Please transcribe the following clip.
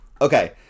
Okay